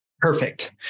perfect